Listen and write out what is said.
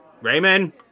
Raymond